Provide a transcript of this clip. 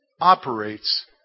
operates